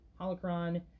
holocron